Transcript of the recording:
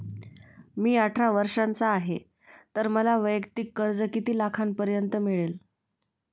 मी अठरा वर्षांचा आहे तर मला वैयक्तिक कर्ज किती लाखांपर्यंत मिळेल?